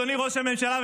אדוני ראש הממשלה,